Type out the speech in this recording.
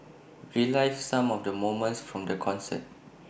relives some of the moments from the concert